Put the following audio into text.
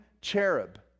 cherub